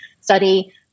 study